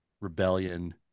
rebellion